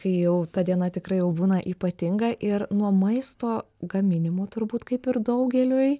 kai jau ta diena tikrai jau būna ypatinga ir nuo maisto gaminimo turbūt kaip ir daugeliui